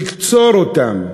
"תקצור אותם".